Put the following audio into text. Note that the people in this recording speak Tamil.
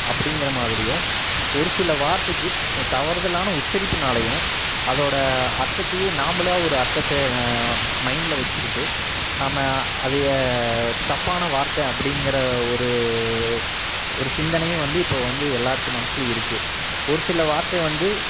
அப்படிங்கிற மாதிரியும் ஒரு சில வார்த்தைக்கு தவறுதலான உச்சரிப்புனாலையும் அதோட அர்த்தத்தையே நாம்மளா ஒரு அர்த்தத்தை மைண்ட்ல வச்சுக்கிட்டு நம்ம அதையே தப்பான வார்த்தை அப்படிங்கிற ஒரு ஒரு சிந்தனையும் வந்து இப்போது வந்து எல்லார்த்து மனசுலையும் இருக்குது ஒரு சில வார்த்தை வந்து